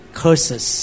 curses